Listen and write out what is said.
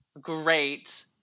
great